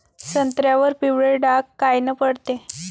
संत्र्यावर पिवळे डाग कायनं पडते?